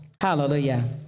Hallelujah